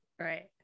Right